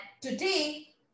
today